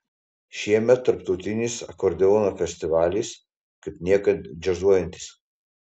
šiemet tarptautinis akordeono festivalis kaip niekad džiazuojantis